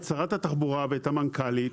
את שרת התחבורה ואת המנכ"לית.